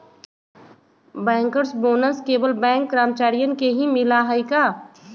Bankers bonus केवल bank कर्मचारियन के ही मिला हई का?